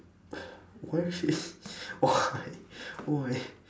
why he why why